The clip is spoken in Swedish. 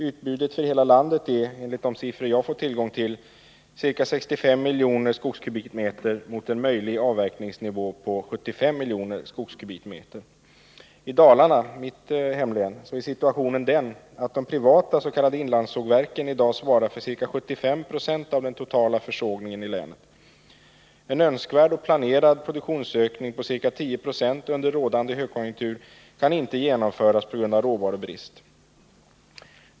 Utbudet för hela landet är, enligt de siffror som jag fått tillgång till, ca 65 miljoner skogskubikmeter jämfört med en möjlig avverkningsnivå på 75 miljoner skogskubikmeter. I Dalarna, mitt hemlän, är situationen den att de privata s.k. inlandssågverken i dag svarar för ca 75 76 av den totala försågningen i länet. En önskvärd och planerad produktionsökning på ca 10 96 under rådande högkonjunktur kan inte genomföras på grund av råvarubrist.